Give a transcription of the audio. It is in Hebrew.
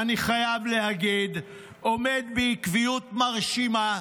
אני חייב להגיד שעומד בעקביות מרשימה,